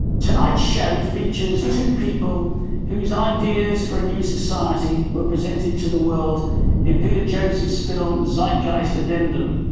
tonight's show features two people whose ideas for a new society were presented to the world in peter joseph's film zeitgeist addendum.